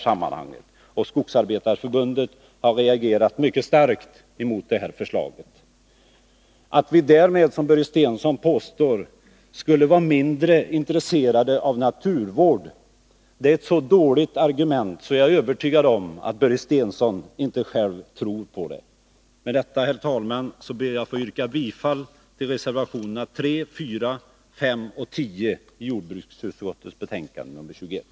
Skogsarbetareförbundet har reagerat mycket starkt emot det föreliggande förslaget. Att vi socialdemokrater därmed, som Börje Stensson påstår, skulle vara mindre intresserade av naturvård är ett så dåligt argument att jag är övertygad om att Börje Stensson inte själv tror på det. Med detta, herr talman, ber jag att få yrka bifall till reservationerna 3,4, 5 och 10 vid jordbruksutskottets betänkande 21.